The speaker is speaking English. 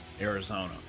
Arizona